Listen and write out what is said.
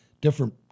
different